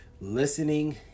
listening